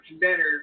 better